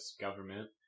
government